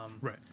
right